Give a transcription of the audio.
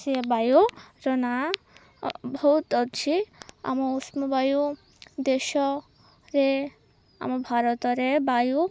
ସିଏ ବାୟୁର ନାଁ ବହୁତ ଅଛି ଆମ ଉଷ୍ଣ ବାୟୁ ଦେଶରେ ଆମ ଭାରତରେ ବାୟୁ